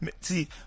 See